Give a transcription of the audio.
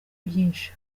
byinshi